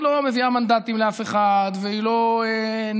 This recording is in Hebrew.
היא לא מביאה מנדטים לאף אחד והיא לא נעימה